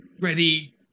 ready